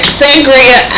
sangria